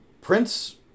Prince